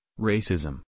racism